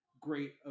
great